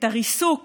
את הריסוק